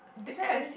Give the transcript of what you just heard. did I